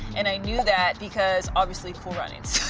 and i knew that because, obviously, cool runnings.